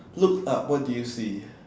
look up what do you see